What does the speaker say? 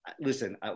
Listen